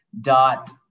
dot